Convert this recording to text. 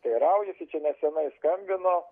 teiraujasi čia nesenai skambino